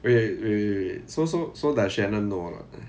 wait wait so so so does shannon know or not